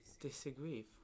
Disagree